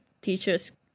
teachers